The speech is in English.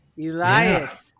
Elias